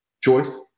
choice